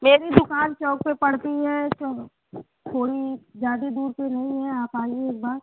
मेरी दुकान चौक पर पड़ती है चौक थोड़ी ज्यादे दूर पर नहीं है आप आइए एक बार